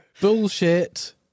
bullshit